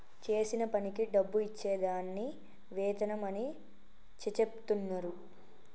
చేసిన పనికి డబ్బు ఇచ్చే దాన్ని వేతనం అని చెచెప్తున్నరు